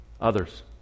Others